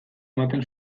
ematen